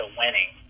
winning